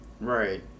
Right